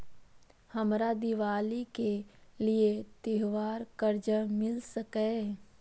हमरा दिवाली के लिये त्योहार कर्जा मिल सकय?